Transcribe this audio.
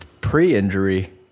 pre-injury